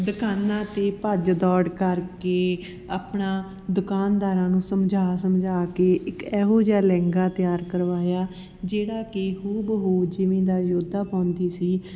ਦੁਕਾਨਾਂ ਤੇ ਭੱਜ ਦੋੜ ਕਰਕੇ ਆਪਣਾ ਦੁਕਾਨਦਾਰਾਂ ਨੂੰ ਸਮਝਾ ਸਮਝਾ ਕੇ ਇੱਕ ਇਹੋ ਜਾ ਲਹਿੰਗਾ ਤਿਆਰ ਕਰਵਾਇਆ ਜਿਹੜਾ ਕਿ ਹੂ ਬ ਹੂ ਜਿਵੇਂ ਦਾ ਜੋਧਾ ਪਾਉਂਦੀ ਸੀ